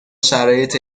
شرایط